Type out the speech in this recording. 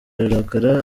ararakara